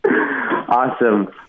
awesome